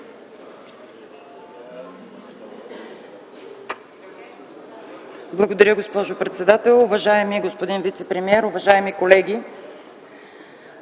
Благодаря, госпожо председател. Уважаеми господин вицепремиер, уважаеми колеги!